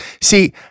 See